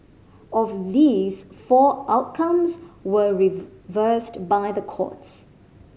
of these four outcomes were reversed by the courts